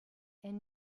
and